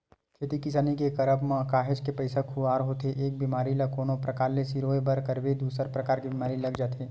खेती किसानी के करब म काहेच के पइसा खुवार होथे एक बेमारी ल कोनो परकार ले सिरोय बर करबे दूसर परकार के बीमारी लग जाथे